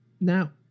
Now